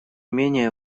менее